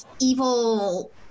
evil